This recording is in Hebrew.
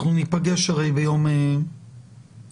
אנחנו ניפגש בשבוע הבא.